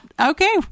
okay